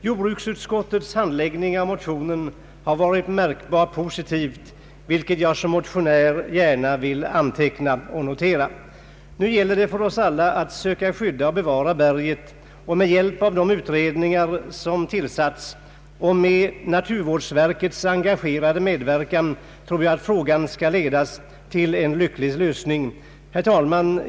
Jordbruksutskottets behandling av motionen har varit märkbart positiv, vilket jag som motionär gärna vill anteckna och notera. Nu gäller det för oss alla att söka skydda och bevara berget. Med hjälp av de utredningar som tillsatts och med naturvårdsverkets engagerade medverkan tror jag att frågan skall ledas till en lycklig lösning. Herr talman!